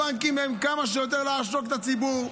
הבנקים, כמה שיותר לעשוק את הציבור,